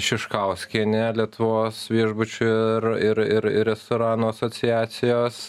šiškauskiene lietuvos viešbučių ir ir ir ir restoranų asociacijos